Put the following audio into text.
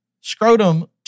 scrotum